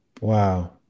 Wow